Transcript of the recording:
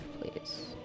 please